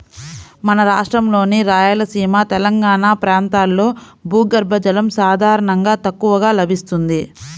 మన రాష్ట్రంలోని రాయలసీమ, తెలంగాణా ప్రాంతాల్లో భూగర్భ జలం సాధారణంగా తక్కువగా లభిస్తుంది